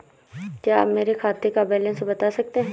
क्या आप मेरे खाते का बैलेंस बता सकते हैं?